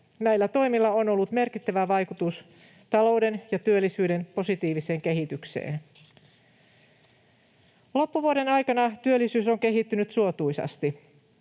Näillä toimilla on ollut merkittävä vaikutus talouden ja työllisyyden positiiviseen kehitykseen. Loppuvuoden aikana työllisyys on kehittynyt suotuisasti.